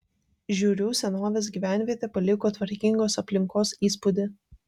žiūrių senovės gyvenvietė paliko tvarkingos aplinkos įspūdį